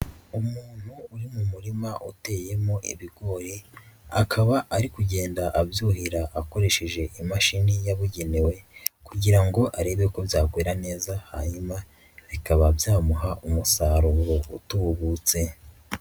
Umuntu uri mu murima uteyemo ibigori akaba ari kugenda abyuhira akoresheje imashini yabugenewe kugira ngo arebe ko byakwera neza hanyuma bikaba byamuha umusaruro utubutse.